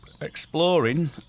exploring